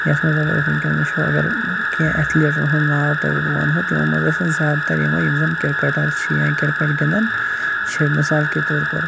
یَتھ منٛز اگر أسۍ وٕنکیٚن وٕچھو اگر کینٛہہ اَتھ لیٖڈَرَن ہُنٛد ناو تۄہہِ بہٕ وَنہو تِمن مَنٛز آسن زیادٕ تر یِمٕے یِم زَن کِرکَٹَر چھِ یا کِرکَٹ گِنٛدان چھِ مِثال کے طور پر